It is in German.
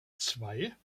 zwei